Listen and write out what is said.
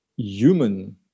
human